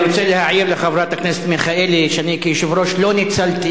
אני רוצה להעיר לחברת הכנסת מיכאלי שאני כיושב-ראש לא ניצלתי